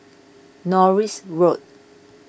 Norris Road